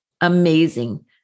amazing